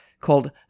called